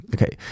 Okay，